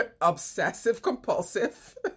obsessive-compulsive